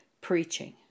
preaching